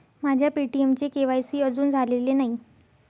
माझ्या पे.टी.एमचे के.वाय.सी अजून झालेले नाही